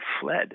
fled